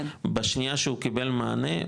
בשנייה שהוא קיבל מענה,